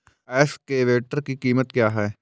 Excavator की कीमत क्या है?